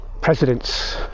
presidents